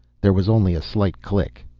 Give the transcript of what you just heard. there was only a slight click.